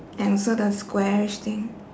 and also the squarish thing